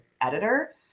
editor